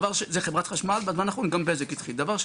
זה אצל חברת חשמל, זה דבר ראשון.